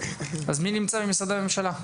מי נמצא כאן ממשרדי הממשלה?